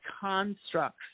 constructs